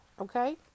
okay